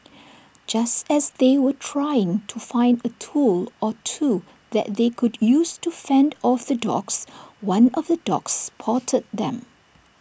just as they were trying to find A tool or two that they could use to fend off the dogs one of the dogs spotted them